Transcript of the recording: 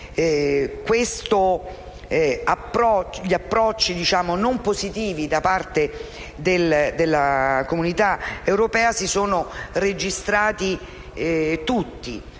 agli approcci non positivi da parte della Comunità europea che si sono registrati nel